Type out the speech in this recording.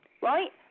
right